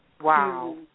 Wow